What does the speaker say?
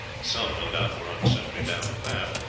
some, no doubt, were on sentry down the path,